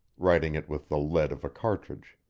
writing it with the lead of a cartridge.